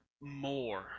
more